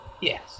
Yes